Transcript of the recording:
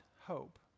hope